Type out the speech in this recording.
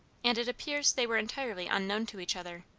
and it appears they were entirely unknown to each other.